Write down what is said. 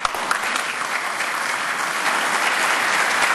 (מחיאות כפיים)